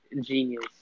genius